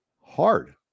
hard